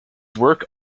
work